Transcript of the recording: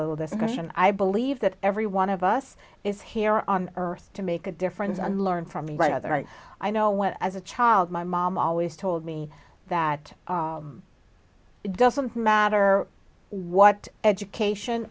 little discussion i believe that everyone of us is here on earth to make a difference and learn from each other right i know what as a child my mom always told me that it doesn't matter what education